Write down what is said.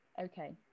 okay